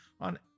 on